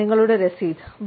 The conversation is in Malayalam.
ഇതാ നിങ്ങളുടെ രസീത്